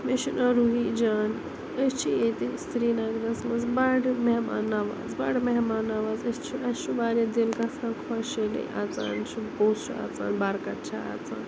مےٚ چھُ ناو روحی جان أسۍ چھِ ییتہِ سرینَگرَس مَنٛز بَڑٕ مہمان نواز بَڑٕ مہمان نواز أسۍ چھ اسہ چھ واریاہ دِل گَژھان خۄش ییٚلہِ اَژاون چھُ پوٚژھ چھُ اَژان بَرٕکت چھِ اَژان